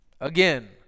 again